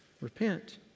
Repent